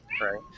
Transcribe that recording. Right